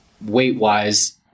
weight-wise